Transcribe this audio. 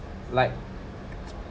like